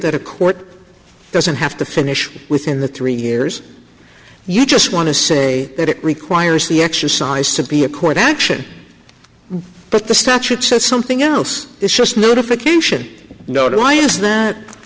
that a court doesn't have to finish within the three years you just want to say that it requires the exercise to be a court action but the statute says something else is just notification not